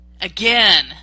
again